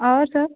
और सर